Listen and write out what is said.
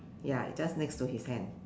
ya just next to his hand